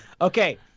Okay